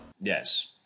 Yes